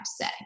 say